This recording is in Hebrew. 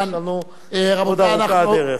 כן, עוד ארוכה הדרך.